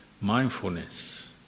mindfulness